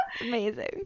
amazing